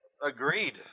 Agreed